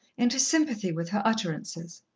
into sympathy with her utterances.